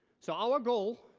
so, our goal